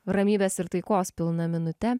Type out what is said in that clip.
ramybės ir taikos pilna minute